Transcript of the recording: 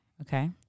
Okay